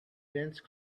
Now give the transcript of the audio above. dense